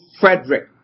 Frederick